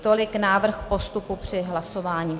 Tolik návrh postupu při hlasování.